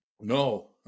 No